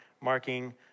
marking